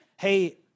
hey